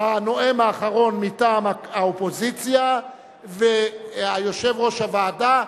הנואם האחרון מטעם האופוזיציה ויושב-ראש הוועדה,